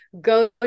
go